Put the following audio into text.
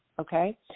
okay